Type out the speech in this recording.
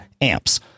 amps